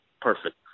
perfect